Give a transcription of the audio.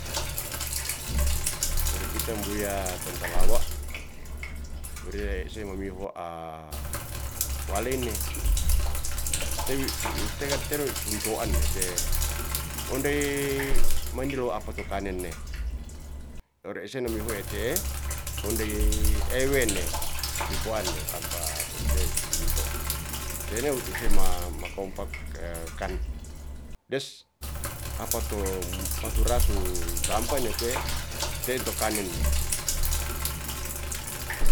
Ore kita mbuya tontolawa rie ise mamiho walene, te wi te ri puntoane te ondey mandilo apa to kanen ne ore ise namiho ete'e ondey ewene pihoane tampa to ihe ngunto, sene uti sema makompak kan des apa to maturasu tampa nete, tein ti kanen ne